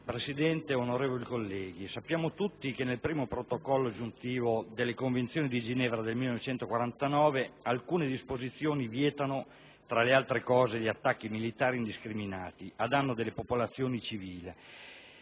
Presidente, onorevoli colleghi, sappiamo tutti che nel primo protocollo aggiuntivo delle Convenzioni di Ginevra del 1949 alcune disposizioni vietano, tra l'altro, gli attacchi militari indiscriminati a danno delle popolazioni civili